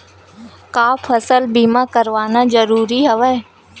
का फसल बीमा करवाना ज़रूरी हवय?